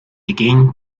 begin